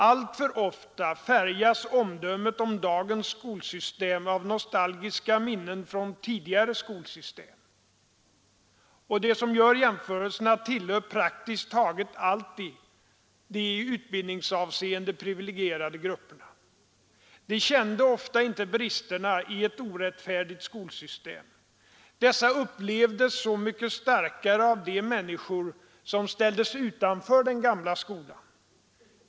Alltför ofta färgas omdömet om dagens skolsystem av nostalgiska minnen från tidigare skolsystem. Och de som gör jäm förelserna tillhör praktiskt taget alltid de i utbildningsavseende privilegierade grupperna. De kände ofta inte bristerna i ett orättfärdigt skolsystem. Dessa upplevdes så mycket starkare av de människor som ställdes utanför den gamla skolan.